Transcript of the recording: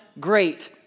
great